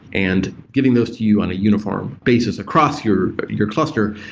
and giving those to you on a uniformed basis across your your cluster.